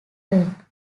work